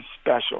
special